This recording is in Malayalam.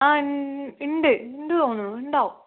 ആ ഉണ്ട് ഉണ്ട് തോന്നുന്നു ഉണ്ടാവും